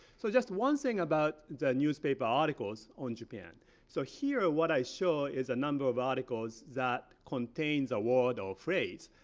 so just one thing about the newspaper articles on japan so here, what i show is a number of articles that contains a word or phrase,